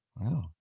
Wow